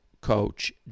coach